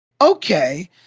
okay